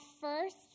first